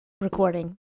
recording